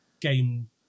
game